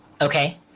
Okay